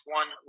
one